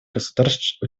государств